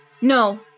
No